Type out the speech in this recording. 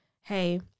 hey